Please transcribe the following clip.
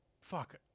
fuck